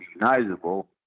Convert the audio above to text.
recognizable